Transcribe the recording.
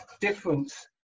difference